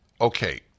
Okay